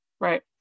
right